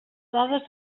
dades